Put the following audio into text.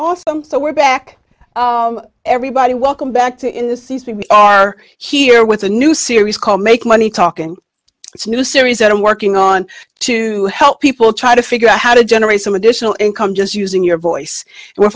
i'm so we're back everybody welcome back to in the c c we are here with a new series called make money talking it's new series that i'm working on to help people try to figure out how to generate some additional income just using your voice and we're